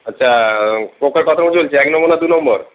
আচ্ছা কোকার কত নম্বর চলছে এক নম্বর না দু নম্বর